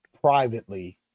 privately